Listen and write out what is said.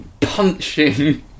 punching